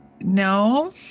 No